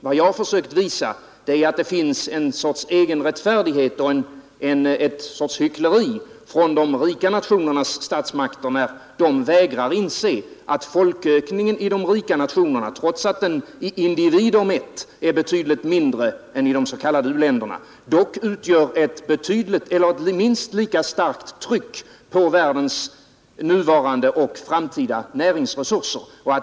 Vad jag försökt visa är att det finns en sorts egenrättfärdighet och ett slags hyckleri från de rika nationernas statsmakter, när dessa vägrar att inse att folkökningen i de rika nationerna, trots att denna i individer mätt är betydligt mindre än i de s.k. u-länderna, dock utövar ett minst lika starkt tryck på världens nuvarande och framtida näringsresurser.